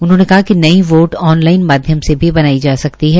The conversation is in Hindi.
उन्होंने कहा कि नई वोट ऑन लाइन माध्यम से भी बनाई जा सकती है